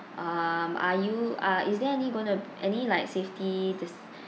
um are you uh is there any going to any like safety dis~